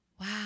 wow